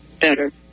better